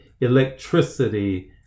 electricity